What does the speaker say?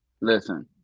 Listen